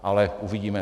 Ale uvidíme.